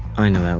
i know that